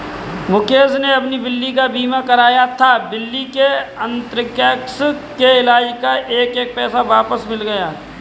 मुकेश ने अपनी बिल्ली का बीमा कराया था, बिल्ली के अन्थ्रेक्स के इलाज़ का एक एक पैसा वापस मिल गया